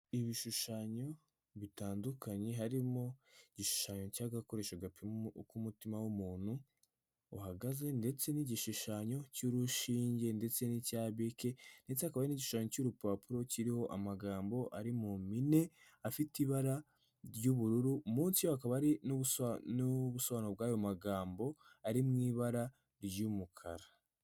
Ibishushanyo bitandukanye, harimo igishushanyo cy'agakoresho gapima uko umutima w'umuntu uhagaze. Ndetse n'igishushanyo cy'urushinge ndetse n'icya Bic, ndetse hakaba hari n'igishushanyo cy'urupapuro kiriho amagambo ari mu mpine, afite ibara ry'ubururu. Munsi hakaba hari n'ubusobanuro bw'ayo magambo ari mu ibara ry'umukara.